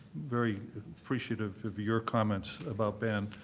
very appreciative of your comments about ben.